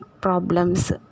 problems